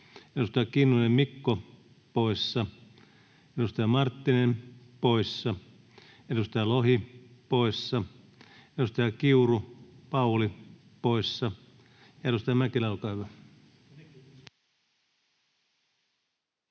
edustaja Kinnunen, Mikko poissa, edustaja Marttinen poissa, edustaja Lohi poissa, edustaja Kiuru, Pauli poissa. — Edustaja Mäkelä, olkaa hyvä.